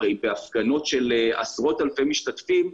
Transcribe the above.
הרי בהפגנות של עשרות אלפי משתתפים,